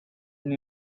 and